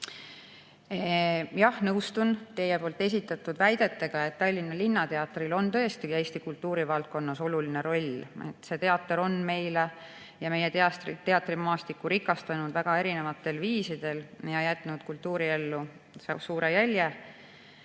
Jah, nõustun teie esitatud väidetega, et Tallinna Linnateatril on tõesti Eesti kultuurivaldkonnas oluline roll. See teater on meie teatrimaastikku rikastanud väga erinevatel viisidel ja jätnud kultuuriellu suure jälje.